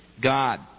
God